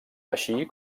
així